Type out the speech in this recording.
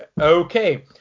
Okay